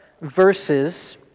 verses